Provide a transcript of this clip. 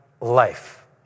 life